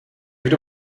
kdo